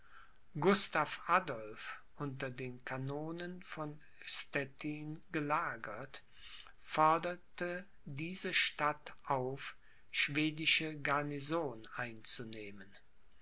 gustav adolph unter den kanonen von stettin gelagert forderte diese stadt auf schwedische garnison einzunehmen